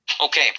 Okay